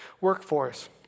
workforce